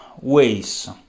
ways